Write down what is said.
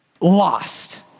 lost